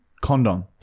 condom